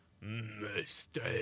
mistake